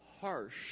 harsh